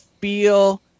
feel